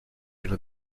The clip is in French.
une